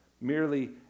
merely